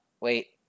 Wait